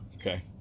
Okay